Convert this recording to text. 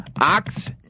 Ox